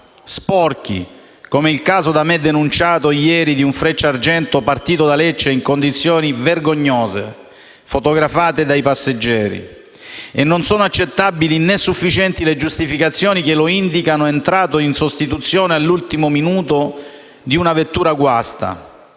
sporchi, come nel caso da me denunciato ieri di un Frecciargento partito da Lecce in condizioni vergognose, fotografate dai passeggeri (e non sono accettabili né sufficienti le giustificazioni che lo indicano entrato in sostituzione all'ultimo minuto di una vettura guasta),